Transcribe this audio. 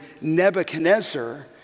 Nebuchadnezzar